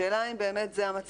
השאלה אם זה באמת המצב,